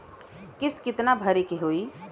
किस्त कितना भरे के होइ?